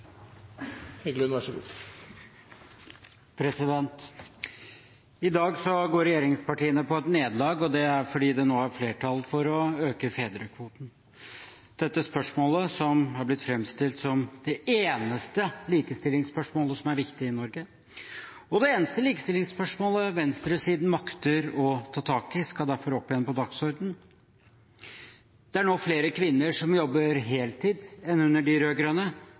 fordi det nå er flertall for å øke fedrekvoten. Dette spørsmålet, som er blitt framstilt som det eneste likestillingsspørsmålet som er viktig i Norge, og det eneste likestillingsspørsmålet venstresiden makter å ta tak i, skal derfor igjen opp på dagsordenen. Det er nå flere kvinner som jobber heltid, enn under de